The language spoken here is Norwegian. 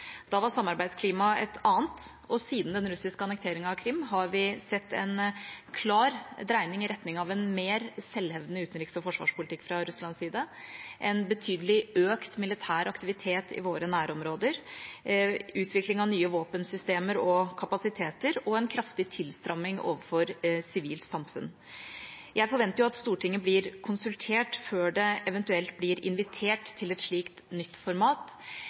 Da var samarbeidsklimaet et annet. Siden den russiske annekteringen av Krim har vi sett en klar dreining i retning av en mer selvhevdende utenriks- og forsvarspolitikk fra Russlands side, en betydelig økt militær aktivitet i våre nærområder, utvikling av nye våpensystemer og kapasiteter og en kraftig tilstramming overfor sivilt samfunn. Jeg forventer at Stortinget blir konsultert før det eventuelt blir invitert til et slikt nytt format,